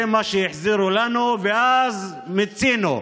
זה מה שהחזירו לנו, ואז מיצינו?